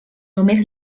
només